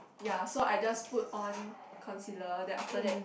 ya so I just put on concealer then after that